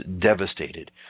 devastated